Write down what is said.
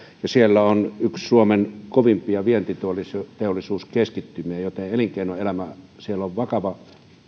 ja siellä on yksi suomen kovimpia vientiteollisuuskeskittymiä joten elinkeinoelämällä siellä on vakava